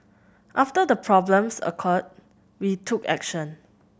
after the problems occurred we took action